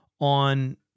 on